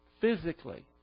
physically